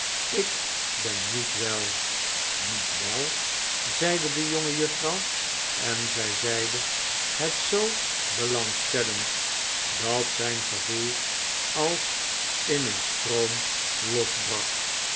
ik ben niet wel niet wel zeide de jongejuffrouw en zij zeide het zoo belangstellend dat zijn gevoel als in een stroomlosbrak